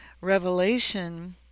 revelation